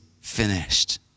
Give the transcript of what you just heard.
finished